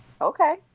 Okay